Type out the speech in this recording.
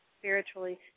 spiritually